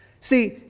See